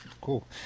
cool